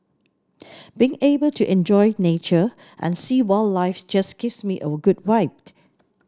being able to enjoy nature and seeing wildlife just gives me a good vibe